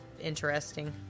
interesting